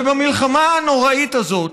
ובמלחמה הנוראית הזאת,